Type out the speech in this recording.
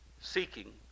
seeking